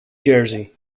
jersey